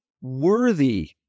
worthy